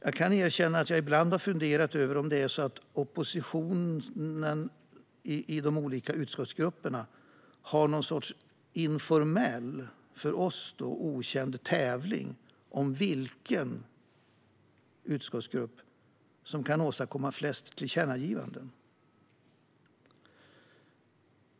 Jag kan erkänna att jag ibland har funderat över om oppositionen i de olika utskottsgrupperna har någon sorts informell, för oss okänd, tävling om vilken utskottsgrupp som kan åstadkomma flest tillkännagivanden.